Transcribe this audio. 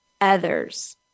others